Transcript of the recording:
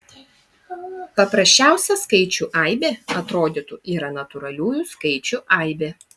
paprasčiausia skaičių aibė atrodytų yra natūraliųjų skaičių aibė